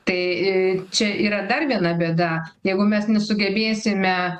tai čia yra dar viena bėda jeigu mes nesugebėsime